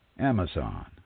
Amazon